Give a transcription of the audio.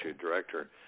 director